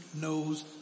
knows